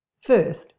First